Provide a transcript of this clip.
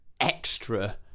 extra